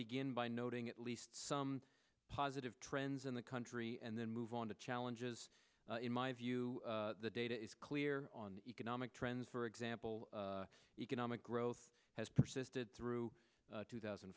noting at least some positive trends in the country and then move on to challenges in my view the data is clear on economic trends for example economic growth has persisted through two thousand